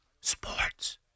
sports